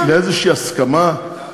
אתה מטעה.